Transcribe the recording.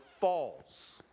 falls